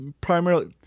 primarily